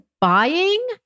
buying